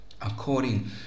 According